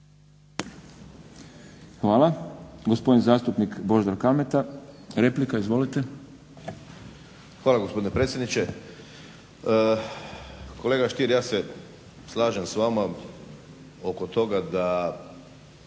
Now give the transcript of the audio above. Hvala. Gospodin zastupnik Božidar Kalmeta, replika. Izvolite. **Kalmeta, Božidar (HDZ)** Hvala gospodine predsjedniče. Kolega Stier, ja se slažem s vama oko toga da